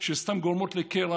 שסתם גורמות לקרע?